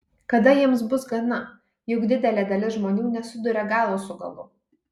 kada jiems bus gana juk didelė dalis žmonių nesuduria galo su galu